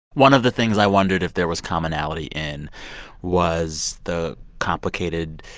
one of the things i wondered if there was commonality in was the complicated